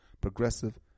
progressive